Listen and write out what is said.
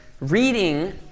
reading